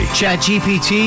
ChatGPT